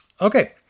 Okay